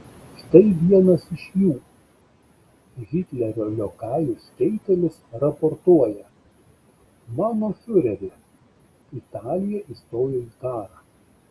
štai vienas iš jų hitlerio liokajus keitelis raportuoja mano fiureri italija įstojo į karą